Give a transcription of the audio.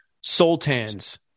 sultan's